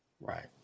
Right